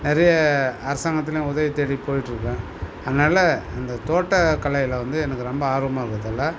நிறைய அரசாங்கத்துலையும் உதவி தேடிகிட்டு போய்ட்டுருக்கேன் அதனால் அந்த தோட்டக்கலையில் வந்து எனக்கு ரொம்ப ஆர்வமாக இருக்கறதால